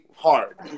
hard